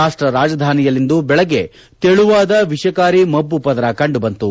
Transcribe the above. ರಾಷ್ಟ ರಾಜಧಾನಿಯಲ್ಲಿಂದು ದೆಳಗ್ಗೆ ತೆಳುವಾದ ವಿಷಕಾರಿ ಮಬ್ಲು ಪದರ ಕಂಡುಬಂತು